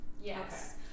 Yes